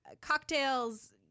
cocktails